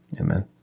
Amen